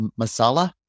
masala